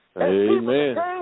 Amen